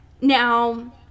Now